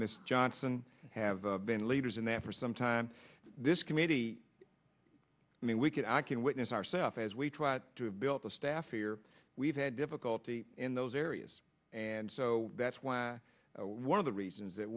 miss johnson have been leaders in that for some time this committee i mean we can i can witness ourself as we try to have built the staff here we've had difficulty in those areas and so that's why one of the reasons that